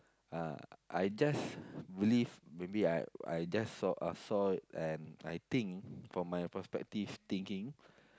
ah I just believe maybe I I just saw I saw and I think from my perspective thinking